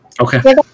Okay